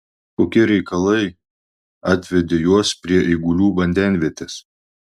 kokie reikalai atvedė juos prie eigulių vandenvietės